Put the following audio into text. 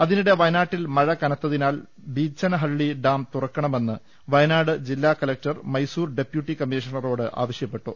അതിനിടെ കബനി നദിയിലെ ജലനിരപ്പ് ഉയർന്നതിനാൽ ബീച്ചനഹളളി ഡാം തുറക്കണമെന്ന് വയനാട് ജില്ലാ കലക്ടർ മൈസൂർ ഡെപ്യൂട്ടി കമ്മീഷണറോട് ആവശ്യപ്പെട്ടു